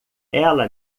ela